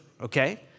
okay